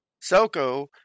Soko